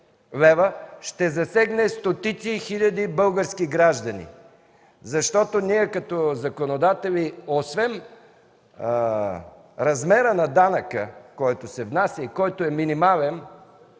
ще засегне стотици хиляди български граждани. Защото ние като законодатели освен размера на данъка, който се внася и е минимален,